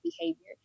behavior